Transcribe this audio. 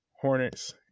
Hornets